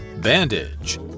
bandage